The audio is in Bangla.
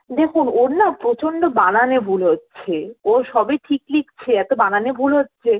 দেখুন ওর না প্রচণ্ড বানানে ভুল হচ্ছে ও সবই ঠিক লিখছে এত বানানে ভুল হচ্ছে